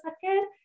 second